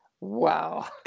Wow